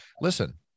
Listen